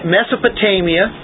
Mesopotamia